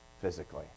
physically